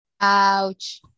Ouch